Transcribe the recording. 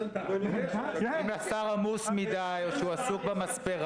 האמת היא שדיברו פה על חתונות,